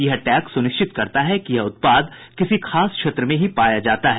यह टैग सुनिश्चित करता है कि यह उत्पाद किसी खास क्षेत्र में ही पाया जाता है